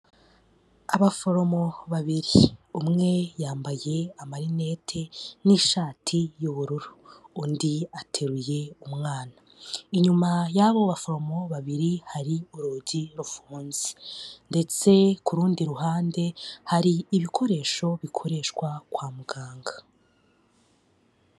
Abaforomo babiri umwe yambaye amarineti n'ishati y'ubururu, undi ateruye umwana. Inyuma y'abo baforomo babiri hari urugi rufunze ndetse ku rundi ruhande hari ibikoresho bikoreshwa kwa muganga.